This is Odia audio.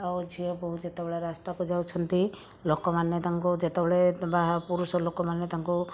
ଆଉ ଝିଅ ବୋହୂ ଯେତେବେଳେ ରାସ୍ତାକୁ ଯାଉଛନ୍ତି ଲୋକମାନେ ତାଙ୍କୁ ଯେତେବେଳେ ବା ପୁରୁଷ ଲୋକମାନେ ତାଙ୍କୁ